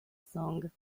song